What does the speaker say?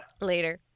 Later